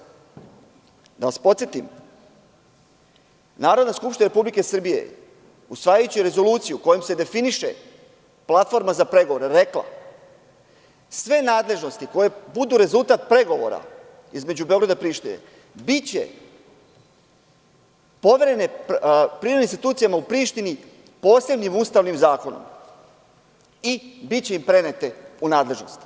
Da vas podsetim, Narodna skupština Republike Srbije, usvajajući Rezoluciju kojom se definiše platforma za pregovore, rekla je – sve nadležnosti koje budu rezultat pregovora između Beograda i Prištine biće poverene privremenim institucijama u Prištini posebnim ustavnim zakonom i biće im prenete u nadležnost.